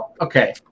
okay